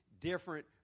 different